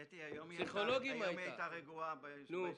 קטי היום הייתה רגועה בישיבה.